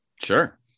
sure